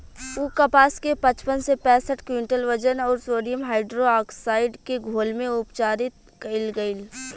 उ कपास के पचपन से पैसठ क्विंटल वजन अउर सोडियम हाइड्रोऑक्साइड के घोल में उपचारित कइल गइल